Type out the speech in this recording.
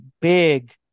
big